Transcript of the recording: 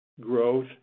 growth